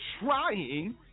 trying